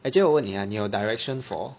actually 我问你啊你有 direction for